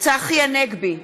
צחי הנגבי,